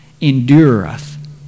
endureth